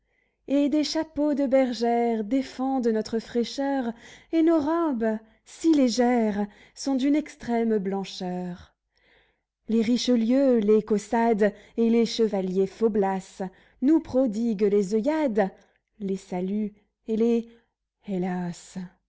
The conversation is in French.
et des chapeaux de bergères défendent notre fraîcheur et nos robes si légères-sont d'une extrême blancheur les richelieux les caussades et les chevaliers faublas nous prodiguent les oeillades les saluts et les hélas